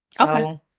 Okay